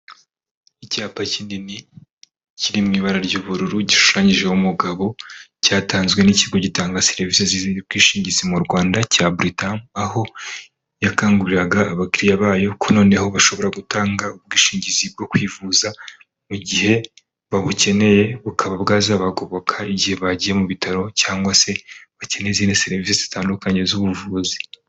Icyapa kinini kiri mu ibara ry'ubururu gishushanyije umugabo cyatanzwe n'ikigo gitanga serivisi z'ubwishingizi mu Rwanda cya Buritamu, aho yakanguriraga abakiriya bayo ko noneho bashobora gutanga ubwishingizi bwo kwivuza mu gihe babukeneye, bukaba bwazabagoboka igihe bagiye mu bitaro cyangwa se bakeneye izindi serivisi zitandukanye z'ubuvuzi.